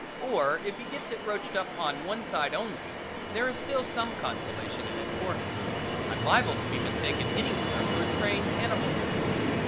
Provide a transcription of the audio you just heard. or if he gets it roached up on one side only there is still some consolation in it for him i'm liable to be mistaken anywhere for a trained-animal performer.